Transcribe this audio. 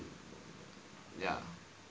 ya